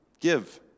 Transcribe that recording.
give